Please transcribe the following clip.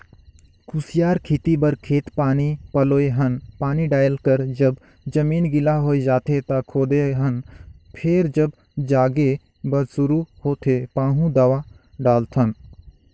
कुसियार खेती बर खेत पानी पलोए हन पानी डायल कर जब जमीन गिला होए जाथें त खोदे हन फेर जब जागे बर शुरू होथे पाहु दवा डालथन